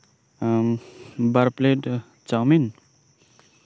ᱵᱟᱨ ᱯᱮᱞᱮᱴ ᱪᱟᱣᱢᱤᱱ